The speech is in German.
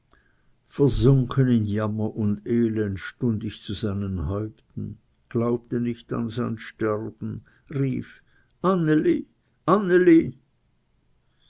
versunken in jammer und elend stund ich zu seinen häupten glaubte nicht an sein sterben rief anneli anneli